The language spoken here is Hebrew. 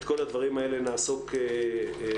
את כל הדברים נעסוק בזה.